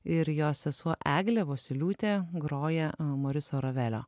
ir jos sesuo eglė vosyliūtė groja moriso ravelio